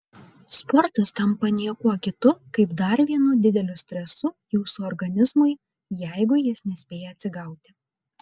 sportas tampa niekuo kitu kaip dar vienu dideliu stresu jūsų organizmui jeigu jis nespėja atsigauti